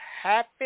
Happy